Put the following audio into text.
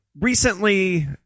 recently